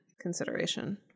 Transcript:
consideration